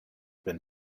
been